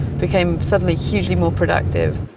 became suddenly hugely more productive.